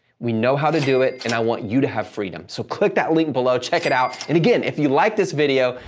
we know how to do it, and i want you to have freedom. so, click that link below, check it out. and again, if you liked this video,